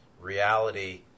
reality